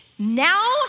Now